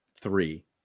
three